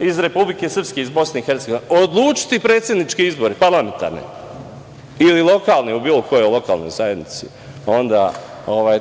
iz Republike Srpske, iz Bosne i Hercegovine odlučiti predsedničke izbore, parlamentarne ili lokalne u bilo kojoj lokalnoj zajednici, onda